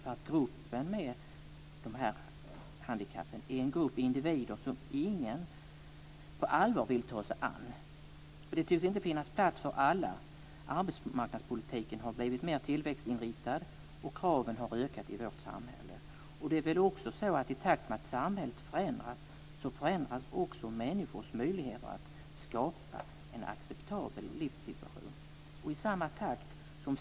De människor som har dessa handikapp är en grupp individer som ingen på allvar vill ta sig an. Det tycks inte finnas plats för alla. Arbetsmarknadspolitiken har blivit mer tillväxtinriktad, och kraven har ökat i vårt samhälle. I takt med att samhället förändras, förändras också människor möjligheter att skapa en acceptabel livssituation.